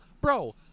Bro